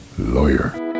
Lawyer